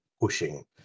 pushing